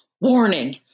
Warning